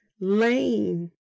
lane